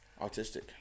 autistic